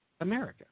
America